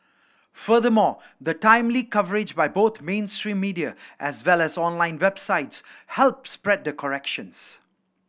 furthermore the timely coverage by both mainstream media as well as online websites help spread the corrections